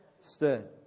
Stood